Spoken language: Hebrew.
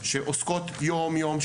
שעוסקות יום-יום,